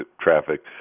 traffic